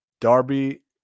Darby